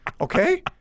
Okay